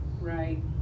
right